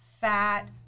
fat